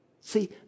See